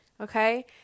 Okay